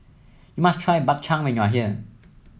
you must try Bak Chang when you are here